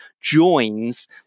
joins